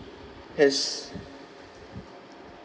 has